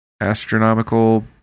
astronomical